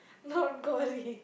not gory